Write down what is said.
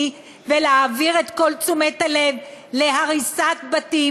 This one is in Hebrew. ולהעביר את כל תשומת הלב להריסת בתים,